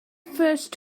first